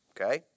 okay